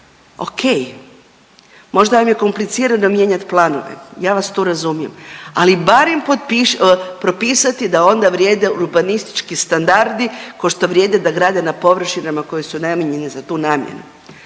Okej, možda vam je komplicirano mijenjat planove, ja vas tu razumijem, ali barem potpiši…, propisati da onda vrijede urbanistički standardi košto vrijede da grade na površinama koje su namijenjene za tu namjenu.